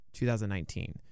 2019